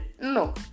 no